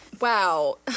wow